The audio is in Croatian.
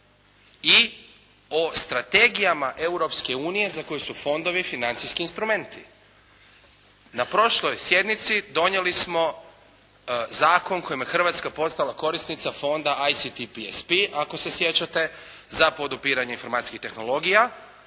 i o strategijama Europske unije za koje su fondovi financijski instrumenti. Na prošloj sjednici donijeli smo zakon kojim je Hrvatska postala korisnica fonda ASTPSP ako se sjećate, za podupiranje informacijskih tehnologija